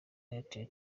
airtel